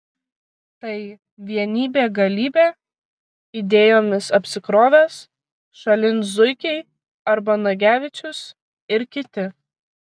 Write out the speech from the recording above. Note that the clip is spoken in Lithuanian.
tai vienybė galybė idėjomis apsikrovęs šalin zuikiai arba nagevičius ir kiti